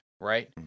right